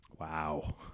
wow